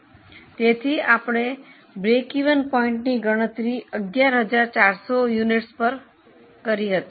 તેથી આપણે સમતૂર બિંદુની ગણતરી 11400 એકમો પર કરી હતી